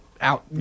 out